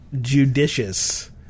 Judicious